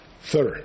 Third